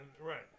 right